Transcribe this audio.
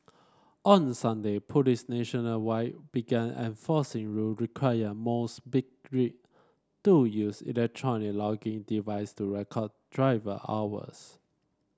on Sunday police nationwide began enforcing rule requiring most big rig to use electronic logging device to record driver hours